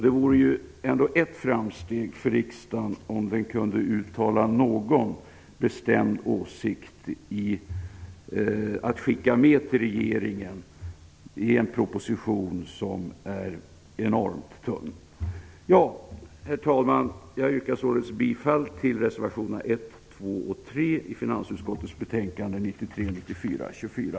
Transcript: Det vore ett framsteg för riksdagen om den kunde ha någon bestämd åsikt att skicka med till regeringen med anledning av en proposition som är enormt tung. Herr talman! Jag yrkar således bifall till reservationerna 1, 2 och 3 till finansutskottets betänkande 1993/94:FiU24.